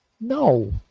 No